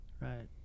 right